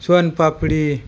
soan papdi